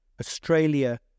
Australia